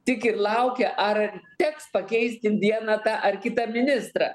tik ir laukia ar teks pakeisti vieną tą ar kitą ministrą